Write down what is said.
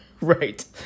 Right